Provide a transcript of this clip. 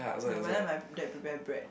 ya but then my dad prepare bread